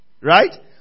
Right